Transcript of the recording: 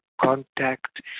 contact